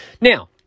Now